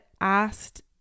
asked